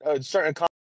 certain